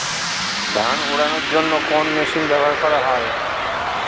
ধান উড়ানোর জন্য কোন মেশিন ব্যবহার করা হয়?